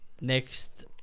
next